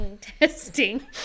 testing